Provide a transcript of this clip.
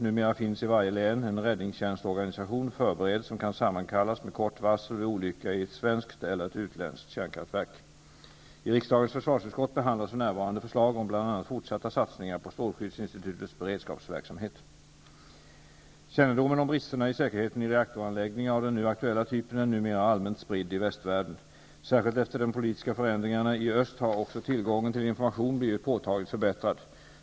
Numera finns i varje län en räddningstjänstorganisation förberedd som kan sammankallas med kort varsel vid olycka i ett svenskt eller ett utländskt kärnkraftverk. I riksdagens försvarsutskott behandlas för närvarande förslag om bl.a. fortsatta satsningar på strålskyddsinstitutets beredskapsverksamhet Kännedomen om bristerna i säkerheten i reaktoranläggningar av den nu aktuella typen är numera allmänt spridd i västvärlden. Särskilt efter de politiska förändringarna i öst har också tillgången till information blivit påtagligt förbättrad.